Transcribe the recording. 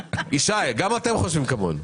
ישי, גם אתם חושבים כמונו.